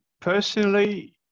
Personally